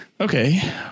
Okay